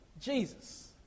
Jesus